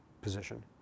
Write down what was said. position